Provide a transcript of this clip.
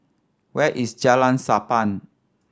where is Jalan Sappan